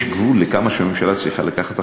יש גבול לכמה הממשלה צריכה לקחת אחריות.